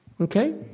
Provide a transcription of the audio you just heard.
Okay